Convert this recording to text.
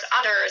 others